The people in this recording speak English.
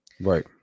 Right